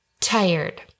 tired